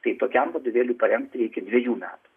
tai tokiam vadovėliui parengti reikia dvejų metų